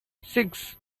six